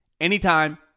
anytime